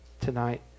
tonight